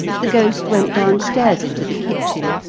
the ghost went downstairs into the kitchen,